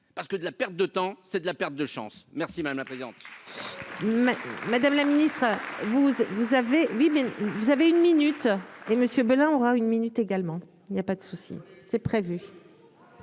parce que, de la perte de temps, c'est de la perte de chance merci madame la présidente.